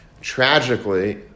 Tragically